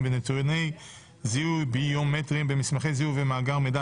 ונתוני זיהוי ביומטריים במסמכי זיהוי ובמאגר מידע,